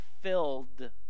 filled